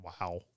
Wow